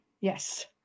Yes